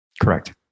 Correct